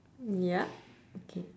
yup okay